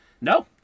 No